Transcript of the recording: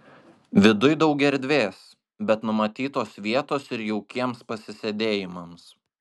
viduj daug erdvės bet numatytos vietos ir jaukiems pasisėdėjimams